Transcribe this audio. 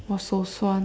我手酸